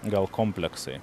gal kompleksai